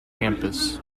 campus